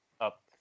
up